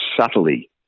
subtly